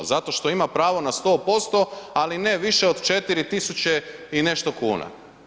Zato što ima pravo na 100% ali ne više od 4.000 i nešto kuna.